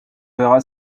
verra